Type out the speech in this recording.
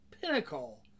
pinnacle